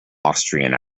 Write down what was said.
austrian